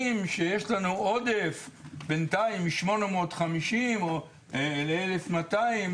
שיש לנו עודף בינתיים מ-850 או 1,200,